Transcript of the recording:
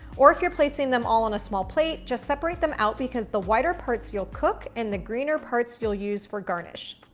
or, if you're placing them all on a small plate, just separate them out because the whiter parts you'll cook, and the greener parts you'll use for garnish.